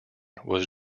was